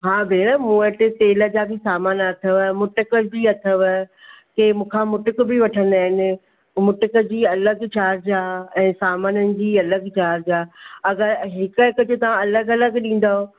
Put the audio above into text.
हा भेण मूं वटि तेल जा बि सामान अथव मुटुकु बि अथव के मूंखा मुटुकु बि वठंदा आहिनि मुटुक जी अलॻि चार्ज आहे ऐं सामाननि जी अलॻि चार्ज आहे अॻरि हिक हिक खे तव्हां अलॻि अलॻि ॾींदव